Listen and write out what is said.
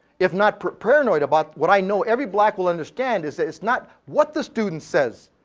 if not paranoid about what i know, every black will understand is that it's not what the student says.